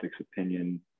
opinion